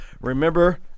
remember